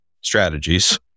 strategies